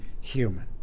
human